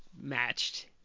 matched